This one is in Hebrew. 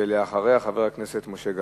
ולאחריה, חבר הכנסת משה גפני.